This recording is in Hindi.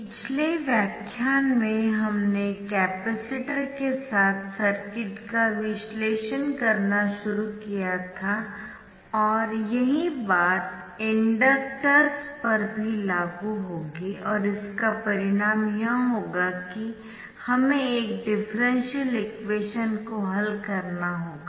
पिछले व्याख्यान में हमने कैपेसिटर के साथ सर्किट का विश्लेषण करना शुरू किया था और यही बात इंडक्टर्स पर भी लागू होगी और इसका परिणाम यह होगा कि हमें एक डिफरेंशियल इक्वेशन को हल करना होगा